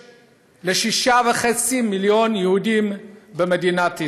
ל-6.5 מיליון יהודים במדינת ישראל.